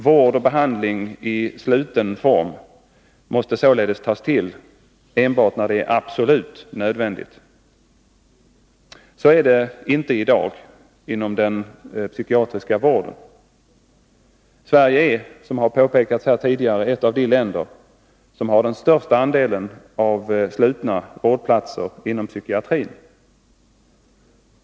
Vård och behandling i sluten form måste således tas till enbart när det är absolut nödvändigt. Så är det inte i dag inom den psykiatriska vården. Sverige är, som det har påpekats här tidigare, ett av de länder som har den största andelen av slutna vårdplatser inom psykiatrin.